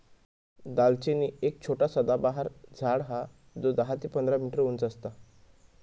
दालचिनी एक छोटा सदाबहार झाड हा जो दहा ते पंधरा मीटर उंच असता